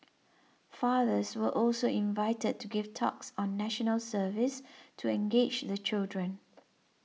fathers were also invited to give talks on National Service to engage the children